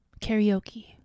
karaoke